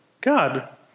God